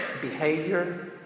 behavior